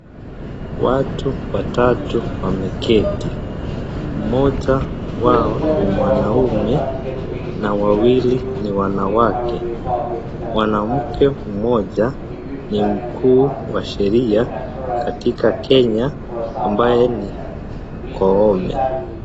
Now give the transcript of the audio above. Watu watatu wameketi. Mmoja wao ni mwanaume na wawili ni wanawake. Mwanamke mmoja, ni mkuu wa sheria katika Kenya, ambaye ni Koome.